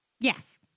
yes